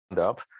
up